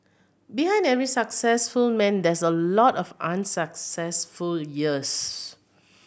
behind every successful man there's a lot of unsuccessful years